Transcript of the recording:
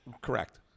Correct